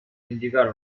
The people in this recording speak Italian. indicare